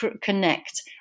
connect